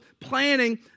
planning